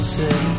say